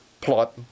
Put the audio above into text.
plot